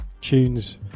tunes